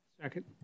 Second